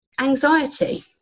anxiety